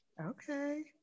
okay